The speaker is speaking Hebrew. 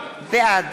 בעד